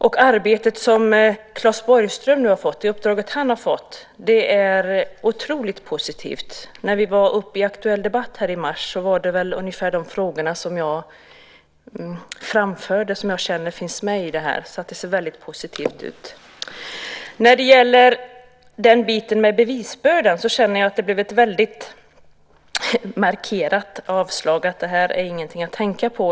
Det uppdrag som Claes Borgström har fått är otroligt positivt. Jag känner att ungefär de frågor som jag framförde när vi hade en aktuell debatt här i mars finns med i detta. Det ser väldigt positivt ut. När det gäller bevisbördan känner jag att det blev ett väldigt markerat avslag och att det här inte är att tänka på.